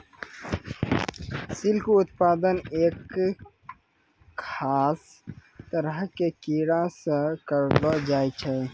silk उत्पादन एक खास तरह के कीड़ा सॅ करलो जाय छै